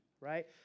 right